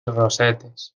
rosetes